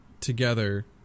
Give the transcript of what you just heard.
together